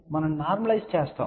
మనం నార్మలైస్ చేస్తాము